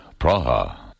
Praha